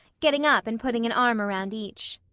getting up and putting an arm around each.